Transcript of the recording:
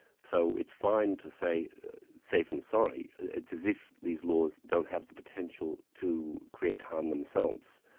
so it's fine to say safe and sorry, it's as if these laws don't have the potential to create harm themselves.